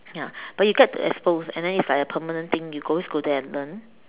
ya but you get to expose and then it's like a permanent thing you always go there and learn